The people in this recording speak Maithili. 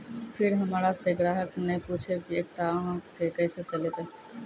फिर हमारा से ग्राहक ने पुछेब की एकता अहाँ के केसे चलबै?